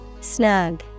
Snug